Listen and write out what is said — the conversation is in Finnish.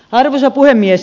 arvoisa puhemies